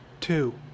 Two